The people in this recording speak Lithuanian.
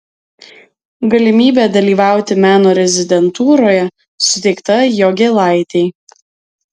galimybė dalyvauti meno rezidentūroje suteikta jogėlaitei